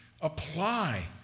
apply